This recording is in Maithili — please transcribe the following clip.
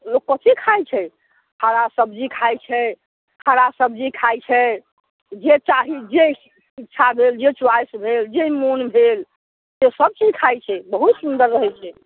लोक कथी खाइ छै हरा सब्जी खाइ छै हरा सब्जी खाइ छै जे चाही जे इच्छा भेल जे च्वाइस भेल जे मोन भेल से सभचीज खाइ छै बहुत सुन्दर रहै छै